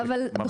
ממתינים שנה.